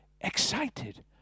excited